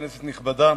כנסת נכבדה,